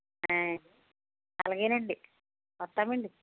అయి అలాగేనండి వస్తామంది